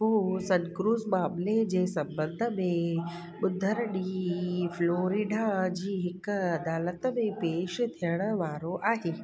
हू सनक्रूज़ मामले जे सॿंध में ॿुधरु ॾींहुं फ्लोरिढा जी हिक अदालत में पेशि थियणु वारो आहे